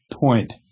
point